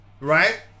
right